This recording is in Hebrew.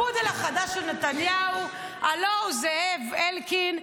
הפודל החדש של נתניהו, הלוא הוא זאב אלקין.